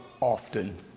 often